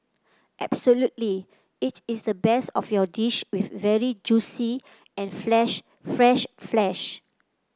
absolutely it is the best of your dish with very juicy and flesh fresh flesh